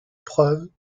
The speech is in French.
preuves